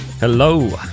Hello